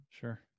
sure